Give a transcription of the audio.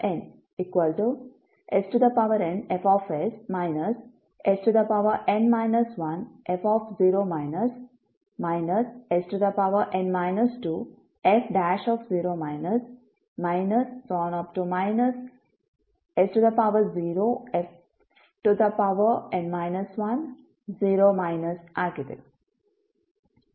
s0fn 10 ಆಗಿದೆ